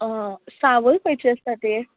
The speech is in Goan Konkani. सावय खंयचें आसा तें